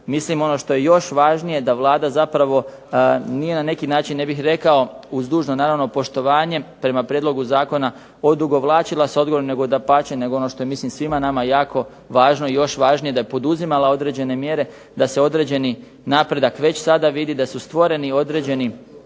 mislim ono što je još važnije da Vlada zapravo, ni ja na neki način ne bih rekao, uz dužno naravno poštovanje prema prijedlogu zakona, odugovlačilo s odgovorom, nego dapače, nego ono što je mislim svima nama jako važno i još važnije da je poduzimala određene mjere, da se određeni napredak već sada vidi, da su stvoreni određeni